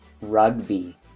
Rugby